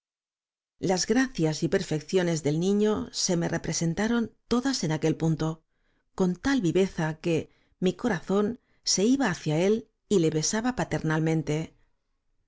las gracias y perfecciones del niño se me representaron todas en aquel punto con tal viveza que mi corazón se iba hacia él y le besaba